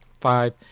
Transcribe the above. five